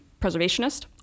preservationist